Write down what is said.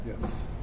Yes